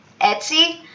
Etsy